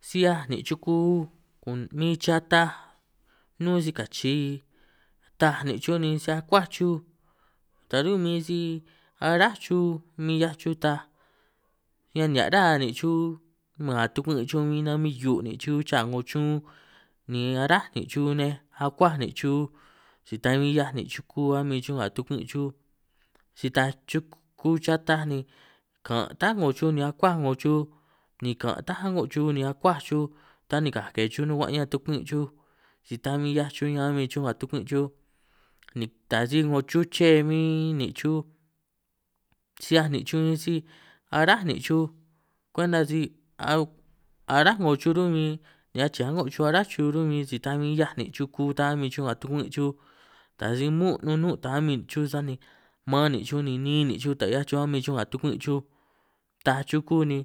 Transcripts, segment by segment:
Si 'hiaj nin' chuku bin chataj nnún sikachi taj nin' chuj, ni si akuáj chuj ta run' bin si aráj chuj bin, 'hiaj chuj taaj hia nihia' ra nin' chuj man tukwin' chuj bin nanabib hiu' nin' chuj cha 'ngo chun, ni aráj nin' chuj nej akuáj nin' chuj si ta bin 'hiaj nin' chuj, chuku a'min chuj nga tukwin' chuj si taaj chuku chataj ni kan' ta 'ngo chuj ni akuáj 'ngo chuj, ni kan' tá a'ngo chuj ni akuáj chuj tanikaj ke chuj nukuan' ñan tukwin' chuj, si ta bi 'hiaj chuj ñan a'min chuj nga tukwin' chuj ni ta si 'ngo chuche bin nin' chuj, si 'hiaj nin' chuj bin si aráj nin' chuj kwenta si a aráj 'ngo chuj run' bin ni achi'i a'ngo chuj aráj chuj run bin si ta bin 'hiaj nin' chuku ta a'min chuj nga tukwin' chuj, taj si muun' nunun' taj a'min chuj sani maan' nin' chuj ni ni'in nin' chuj taj 'hiaj chuj a'min chuj nga tukwin' chuj, taaj chuku ni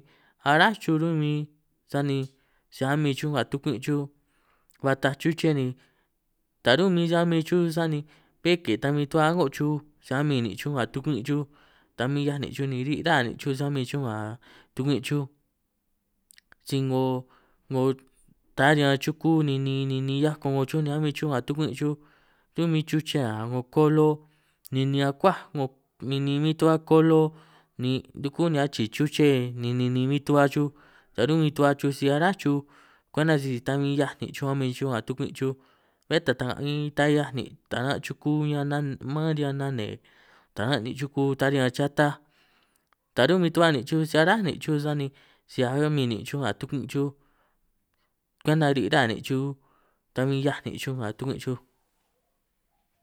achráj chuj run' bin sani si a'min chuj nga tukuin' chuj, ba taaj chuche ni taj run' bin si a'min chuj sani bé ke ta bi tu'ba a'ngo chuj, si a'min nin' chuj nga tukwin' chuj ta bin 'hiaj nin' chuj ni ri' ra nin' chuj si a'min nin' chuj, nga tukwin chuj si 'ngo 'ngo ta riñan chuku ninin ninin 'hiaj ko'ngo chuj ni a'min chuj nga tukwi' chuj, run' bin chuche nga 'ngo kolo nini akuáj 'ngo ninin bin tu'ba kolo ni ruku ni achi'i chuche ni ninin bin tu'ba chuj, taj run' bi tu'ba chuj si aráj chuj kwuenta sisi taj bin 'hiaj nin' chuj a'min chuj nga tukwuin' chuj, bé tata' bin ta 'hiaj nin' taran chuku bin ñan nan man riñan nane, taran' ni chuku ta riñan chataj taj run' bin tu'ba nin' chuj si aráj nin' chuj sani si a'min nin' chuj nga tukwuin' chuj, kwenta ri' ra nin' chuj ta bin 'hiaj nin' chuj nga tukwin chuj.